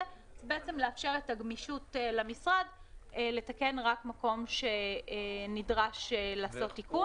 ולאפשר את הגמישות במשרד לתקן רק מקום שנדרש לעשות בו תיקון.